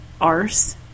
arse